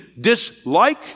dislike